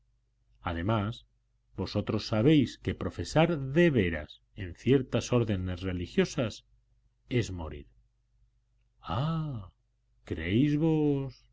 además vosotros sabéis que profesar de veras en ciertas órdenes religiosas es morir ah